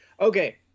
okay